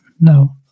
No